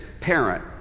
parent